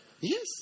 yes